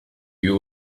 you